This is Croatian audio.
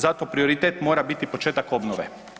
Zato prioritet mora biti početak obnove.